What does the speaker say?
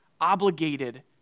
obligated